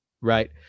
right